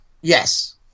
Yes